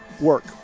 work